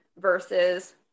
versus